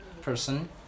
person